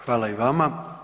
Hvala i vama.